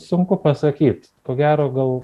sunku pasaky ko gero gal